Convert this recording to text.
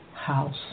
house